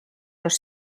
los